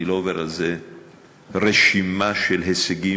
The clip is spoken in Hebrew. אני לא עובר על איזו רשימה של הישגים.